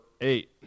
eight